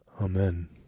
Amen